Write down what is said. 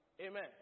amen